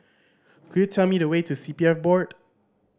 could you tell me the way to C P F Board